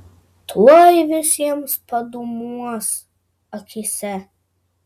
tuoj visiems padūmuos akyse